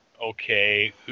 okay